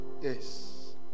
Yes